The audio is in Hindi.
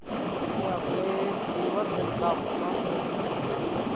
मैं अपने केवल बिल का भुगतान कैसे कर सकता हूँ?